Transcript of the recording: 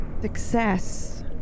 Success